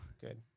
Good